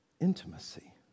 intimacy